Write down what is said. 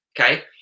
okay